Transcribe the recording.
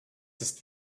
ist